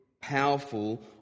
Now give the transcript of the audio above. powerful